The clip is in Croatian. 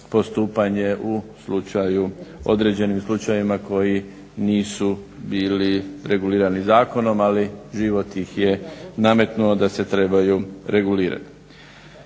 postupanje u određenim slučajevima koji nisu bili regulirani zakonom, ali život ih je nametnuo da se trebaju regulirati.